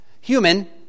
Human